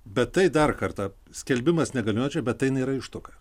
bet tai dar kartą skelbimas negaliojančia bet tai nėra ištuoka